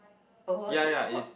uh it what